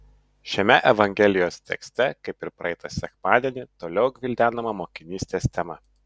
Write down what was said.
šiame evangelijos tekste kaip ir praeitą sekmadienį toliau gvildenama mokinystės tema